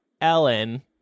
Ellen